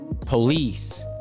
police